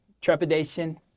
Trepidation